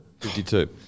52